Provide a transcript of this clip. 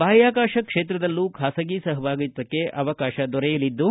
ಬಾಹ್ಯಾಕಾಶ ಕ್ಷೇತ್ರದಲ್ಲೂ ಖಾಸಗಿ ಸಹಭಾಗಿತ್ವಕ್ಕೆ ಅವಕಾಶ ದೊರೆಯಲಿದ್ಲು